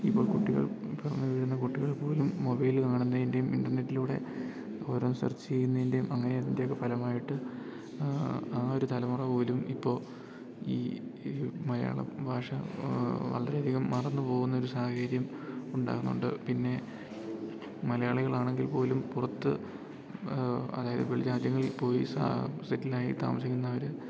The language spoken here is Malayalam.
ഇപ്പോൾ കുട്ടികൾ ഇപ്പം വരുന്ന കുട്ടികൾ പോലും മൊബൈല് കാണുന്നതിന്റെയും ഇൻ്റർനെറ്റിലൂടെ ഓരോന്ന് സെർച്ച് ചെയ്യുന്നതിന്റെയും അങ്ങനെ അതിൻ്റെയൊക്കെ ഫലമായിട്ട് ആ ഒരു തലമുറ പോലും ഇപ്പോള് ഈ മലയാളം ഭാഷ വളരെയധികം മറന്നുപോകുന്നൊരു സാഹചര്യമുണ്ടാകുന്നുണ്ട് പിന്നെ മലയാളികളാണെങ്കിൽപ്പോലും പുറത്ത് അതായത് വെളിരാജ്യങ്ങളിൽ പോയി സെറ്റിലായി താമസിക്കുന്നവര്